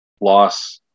loss